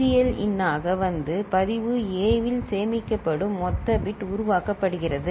serial இன் ஆக வந்து பதிவு A இல் சேமிக்கப்படும் மொத்த பிட் உருவாக்கப்படுகிறது